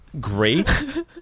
great